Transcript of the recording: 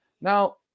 Now